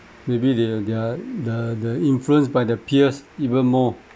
maybe they they're the the influenced by their peers even more